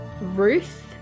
Ruth